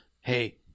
hey